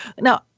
Now